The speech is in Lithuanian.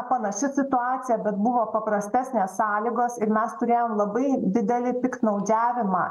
panaši situacija bet buvo paprastesnės sąlygos ir mes turėjom labai didelį piktnaudžiavimą